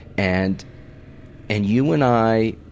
and and you and i,